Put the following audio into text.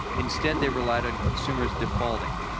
instead, they relied on consumers defaulting,